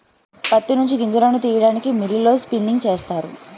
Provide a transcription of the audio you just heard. ప్రత్తి నుంచి గింజలను తీయడానికి మిల్లులలో స్పిన్నింగ్ చేస్తారు